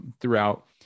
throughout